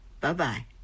Bye-bye